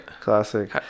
Classic